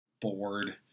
bored